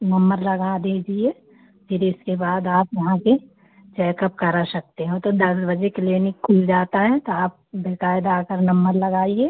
number लगा दीजिए फिर इसके बाद आप यहाँ से चेकअप करा सकते हो तो दस बजे क्लीनिक खुल जाता है तो आप बाक़ायदा आकर नम्बर लगाइए